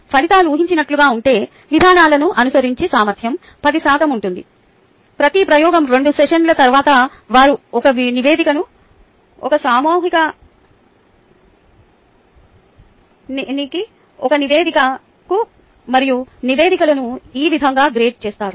ఫలితాలు ఊహించినట్లుగా ఉంటే విధానాలను అనుసరించే సామర్థ్యం 10 శాతం ఉంటుంది ప్రతి ప్రయోగం 2 సెషన్ల తర్వాత వారు ఒక నివేదికను ఒక సమూహానికి ఒక నివేదికను మరియు నివేదికలను ఈ విధంగా గ్రేడ్ చేస్తారు